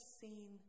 seen